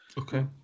Okay